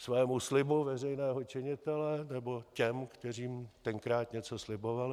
Svému slibu veřejného činitele, nebo těm, kterým tenkrát něco slibovali?